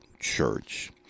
church